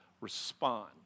respond